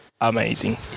amazing